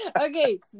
Okay